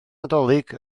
nadolig